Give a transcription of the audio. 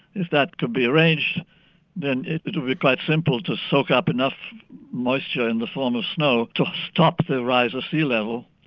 if that could be arranged then it would be quite simple to soak up enough moisture in the form of snow to stop the rise of sea level.